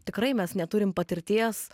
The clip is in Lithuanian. tikrai mes neturim patirties